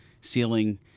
ceiling